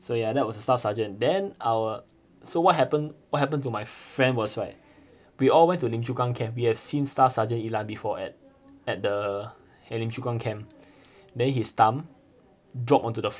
so ya that was the staff seargent then our so what happened what happened to my friend was right we all went to lim chu kang camp we have seen staff sergeant yi lan before at at the at lim chu kang camp then his thumb drop onto the floor